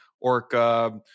Orca